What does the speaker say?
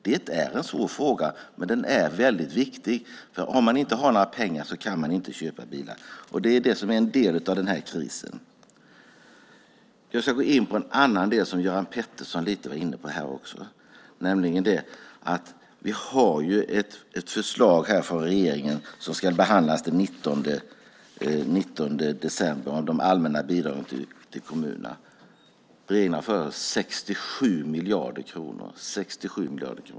Det är en svår fråga, men den är väldigt viktig. Om man inte har några pengar kan man inte köpa bilar. Det är det som är en del av den här krisen. Jag ska gå in på en annan del som också Göran Pettersson var inne lite på. Vi har ett förslag från regeringen som ska behandlas den 19 december om de allmänna bidragen till kommunerna. Regeringen har föreslagit 67 miljarder kronor.